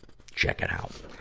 check it out.